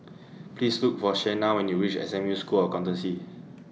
Please Look For Shena when YOU REACH S M U School of Accountancy